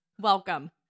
Welcome